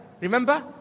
Remember